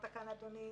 תודה.